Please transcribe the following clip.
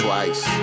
Twice